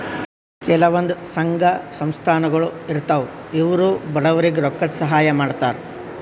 ಕೆಲವಂದ್ ಸಂಘ ಸಂಸ್ಥಾಗೊಳ್ ಇರ್ತವ್ ಇವ್ರು ಬಡವ್ರಿಗ್ ರೊಕ್ಕದ್ ಸಹಾಯ್ ಮಾಡ್ತರ್